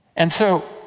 and so,